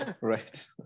Right